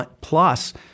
plus